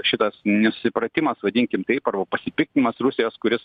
šitas nesusipratimas vadinkim taip pasipiktinimas rusijos kuris